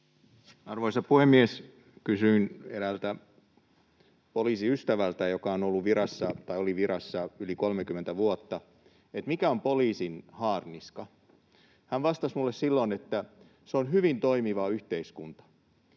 Arvoisa puhemies! Kysyin eräältä poliisiystävältäni, joka oli virassa yli 30 vuotta, että mikä on poliisin haarniska. Hän vastasi minulle silloin, että se on hyvin toimiva yhteiskunta.